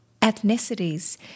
ethnicities